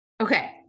Okay